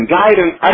guidance